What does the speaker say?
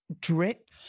Drip